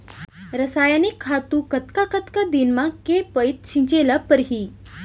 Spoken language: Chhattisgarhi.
रसायनिक खातू कतका कतका दिन म, के पइत छिंचे ल परहि?